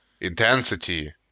Intensity